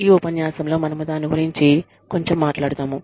ఈ ఉపన్యాసంలో మనము దాని గురించి కొంచెం మాట్లాడుతాము